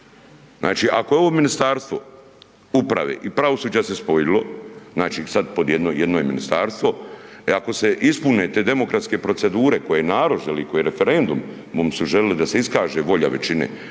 Znači ako je ovo Ministarstvo uprave i pravosuđa se spojilo, znači sad pod jedno je ministarstvo, e ako se ispune te demokratske procedure koje narod želi, koje je referendumom su željeli da se iskaže volja većine.